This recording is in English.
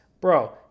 Bro